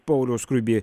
pauliau skruiby